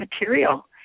material